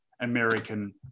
American